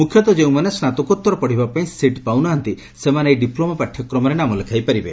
ମୁଖ୍ୟତଃ ଯେଉଁମାନେ ସ୍ନାତକୋତ୍ତର ପଢ଼ିବା ପାଇଁ ସିଟ୍ ପାଉନାହାନ୍ତି ସେମାନେ ଏହି ଡିପ୍ଲୋମା ପାଠ୍ୟକ୍ରମରେ ନାମ ଲେଖାଇ ପାରିବେ